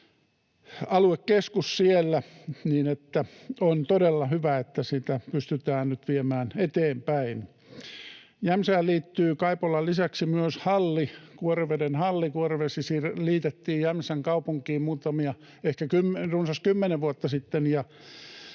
aluekeskus siellä, niin että on todella hyvä, että sitä pystytään nyt viemään eteenpäin. Jämsään liittyy Kaipolan lisäksi myös Kuoreveden Halli. Kuorevesi liitettiin Jämsän kaupunkiin ehkä runsas kymmenen vuotta sitten,